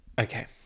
Okay